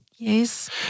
Yes